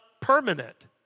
permanent